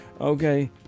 okay